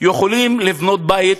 יכולים לבנות בית